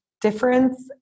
difference